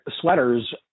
sweaters